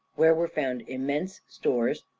where were found immense stores,